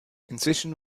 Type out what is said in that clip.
inzwischen